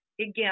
again